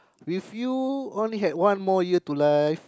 with you only have one more year to learn